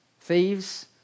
thieves